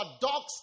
dogs